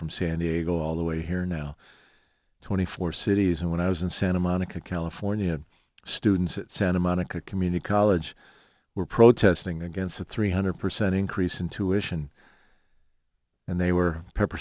from san diego all the way here now twenty four cities and when i was in santa monica california students at santa monica community college were protesting against a three hundred percent increase in tuition and they were pepper